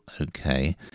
okay